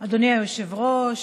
היושב-ראש,